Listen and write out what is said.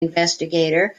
investigator